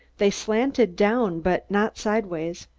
they slanted down but not sidewise.